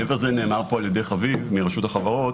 מעבר לזה, נאמר פה על ידי חביב מרשות החברות